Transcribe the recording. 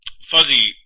Fuzzy